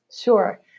Sure